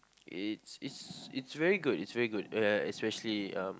it's it's it's very good it's very good uh especially um